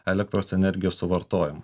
elektros energijos suvartojimą